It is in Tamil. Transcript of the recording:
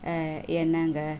என்னாங்க